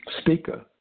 Speaker